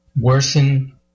worsen